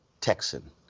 Texan